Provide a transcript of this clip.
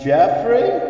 Jeffrey